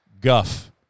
guff